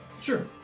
Sure